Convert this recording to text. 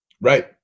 Right